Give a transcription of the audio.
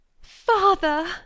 Father